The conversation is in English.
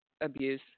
abuse